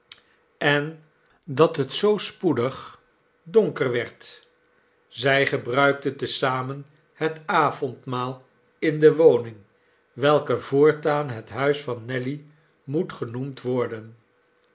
en dat het zoo spoedig donker werd zij gebruikten te zamen het avondmaal in de woning welke voortaan het huis van nelly moet genoemd worden